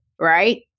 right